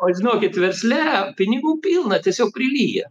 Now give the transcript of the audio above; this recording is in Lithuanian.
o žinokit versle pinigų pilna tiesiog prilyja